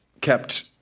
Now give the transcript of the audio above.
kept